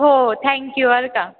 हो thank you welcome